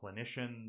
clinicians